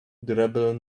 durable